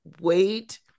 wait